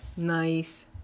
Nice